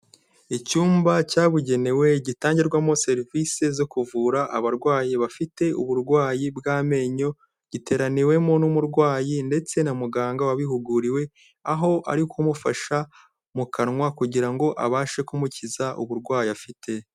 Icyumba cyabugenewe gitangirwamo serivisi zo kuvura abarwayi bafite uburwayi bw'amenyo, giteraniwemo n'umurwayi ndetse na muganga wabihuguriwe, aho ari kumufasha mu kanwa kugira ngo abashe kumukiza uburwayi afite.